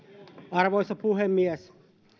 arvoisa puhemies